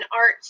art